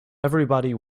everybody